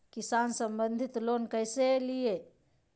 किसान संबंधित लोन कैसै लिये?